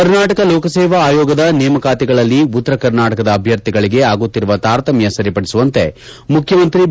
ಕರ್ನಾಟಕ ಲೋಕಸೇವಾ ಅಯೋಗದ ನೇಮಕಾತಿಗಳಲ್ಲಿ ಉತ್ತರ ಕರ್ನಾಟಕದ ಅಭ್ಯರ್ಥಿಗಳಿಗೆ ಅಗುತ್ತಿರುವ ತಾರತಮ್ಯ ಸರಿಪದಿಸುವಂತೆ ಮುಖ್ಯಮಂತ್ರಿ ಬಿ